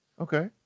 Okay